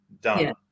done